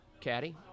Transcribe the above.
caddy